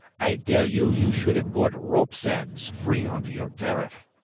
i dell you you should imbort ropes' ends free under your dariff.